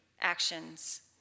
actions